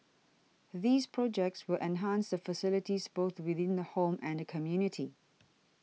these projects will enhance the facilities both within the home and community